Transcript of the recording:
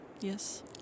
Yes